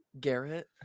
garrett